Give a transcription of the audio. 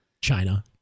China